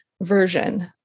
version